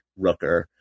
Rooker